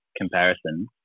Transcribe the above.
comparison